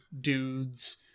Dudes